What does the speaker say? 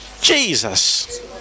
Jesus